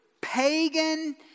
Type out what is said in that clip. pagan